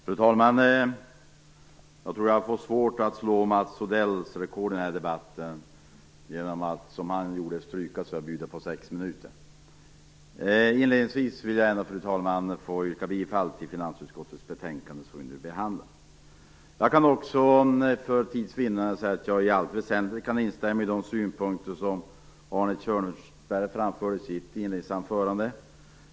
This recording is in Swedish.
Fru talman! Jag tror jag får svårt att slå Mats Odells rekord i debatten, genom att som han gjorde stryka sig från talarlistan och bjuda på sex minuter. Inledningsvis vill jag, fru talman, yrka bifall till utskottets hemställan i det betänkande från finansutskottet som vi nu behandlar. Jag kan också, för tids vinnande, säga att jag i allt väsentligt instämmer i de synpunkter som Arne Kjörnsberg framförde i sitt inledningsanförande.